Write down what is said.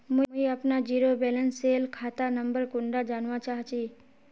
मुई अपना zero balance सेल खाता नंबर कुंडा जानवा चाहची?